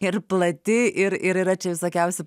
ir plati ir ir yra čia visokiausių